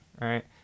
right